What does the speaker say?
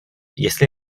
jestli